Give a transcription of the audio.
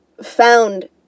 found